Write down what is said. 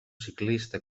ciclista